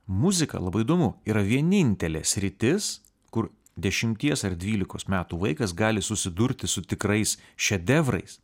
muzika labai įdomu yra vienintelė sritis kur dešimties ar dvylikos metų vaikas gali susidurti su tikrais šedevrais